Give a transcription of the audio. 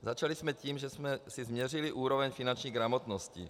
Začali jsme tím, že jsme si změřili úroveň finanční gramotnosti.